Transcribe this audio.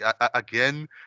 Again